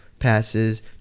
Passes